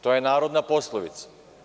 To je narodna poslovica.